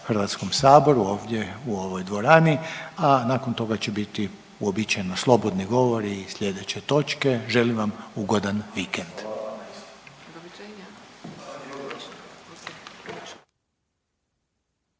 Hrvatskom saboru ovdje u ovoj dvorani, a nakon toga će biti uobičajeno slobodni govori i slijedeće točke. Želim vam ugodan vikend.